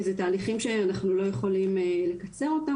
זה תהליכים שאנחנו לא יכולים לקצר אותם,